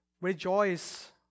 rejoice